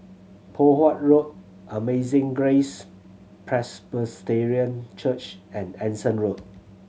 Poh Huat Road Amazing Grace Presbyterian Church and Anson Road